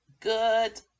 good